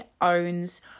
owns